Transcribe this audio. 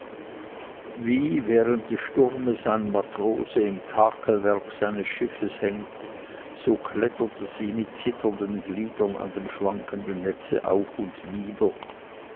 wie während des sturmes ein matrose im takelwerk seines schiffes hängt so kletterte sie mit zitternden gliedern an dem schwankenden netze auf und nieder